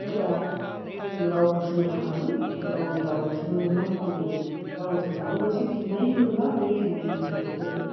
गोब्राब जों रावखौ सोलोंखानांगोन आरो गावनि रावखौ सोलोंनोब्ला गावनि रावजों माबा मोनसे फिननाय होनोब्ला बे फिननाया मानो गोरै